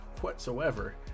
whatsoever